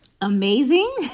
amazing